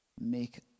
Make